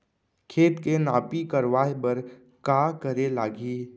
खेत के नापी करवाये बर का करे लागही?